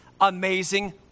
amazing